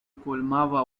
colmaba